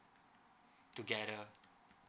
together